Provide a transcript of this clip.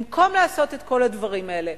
במקום לעשות את כל הדברים האלה,